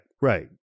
Right